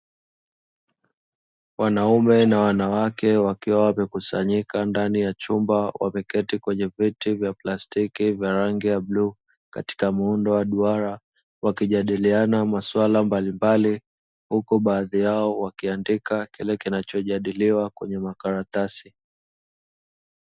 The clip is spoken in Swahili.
Wanaume na wanawake wakiwa wamekusanyika ndani ya chumba wameketi kwenye viti vya plastiki vya rangi ya bluu katika muundo wa duara, wakijadiliana maswala mbalimbali huku baadhi yao wakiandika kile kinachojadiliwa kwenye makaratasi.